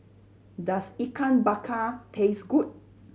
does Ikan Bakar taste good